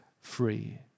free